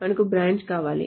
మనకు బ్రాంచ్ కావాలి